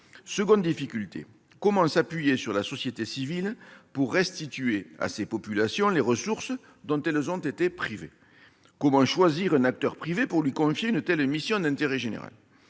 Deuxièmement, comment s'appuyer sur la société civile pour restituer à ces populations les ressources dont elles ont été spoliées ? Comment choisir un acteur privé pour lui confier une telle mission d'intérêt général ?